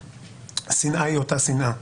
השנאה היא אותה שנאה.